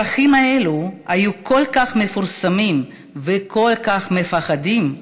הפרחים האלה היו כל כך מפורסמים וכל כך מפחידים,